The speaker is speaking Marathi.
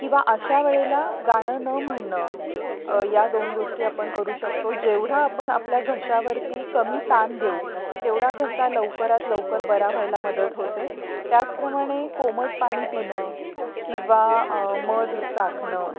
किंवा अशा वेळेला गाणं न म्हणणं या दोन गोष्टी आपण करू शकतो जेवढा आपण आपल्या घशावरती कमी ताण देऊ तेवढा घसा लवकरात लवकर बरा व्हायला मदत होते त्याचप्रमाणे कोमट पाणी पिणं किंवा मध चाखणं